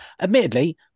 Admittedly